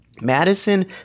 Madison